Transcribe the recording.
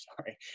sorry